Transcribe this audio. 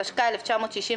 התשכ"א 1961,